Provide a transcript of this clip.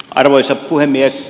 arvoisa puhemies